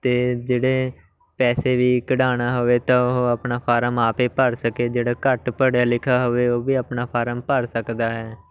ਅਤੇ ਜਿਹੜੇ ਪੈਸੇ ਵੀ ਕਢਾਉਣਾ ਹੋਵੇ ਤਾਂ ਉਹ ਆਪਣਾ ਫਾਰਮ ਆਪੇ ਭਰ ਸਕੇ ਜਿਹੜੇ ਘੱਟ ਪੜ੍ਹਿਆ ਲਿਖਿਆ ਹੋਵੇ ਉਹ ਵੀ ਆਪਣਾ ਫਾਰਮ ਭਰ ਸਕਦਾ ਹੈ